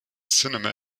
cinema